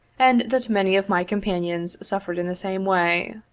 and that many of my companions suffered in the same way.